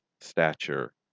stature